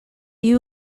you